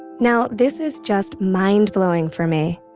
now, this is just mind-blowing for me.